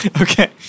Okay